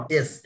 Yes